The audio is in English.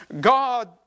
God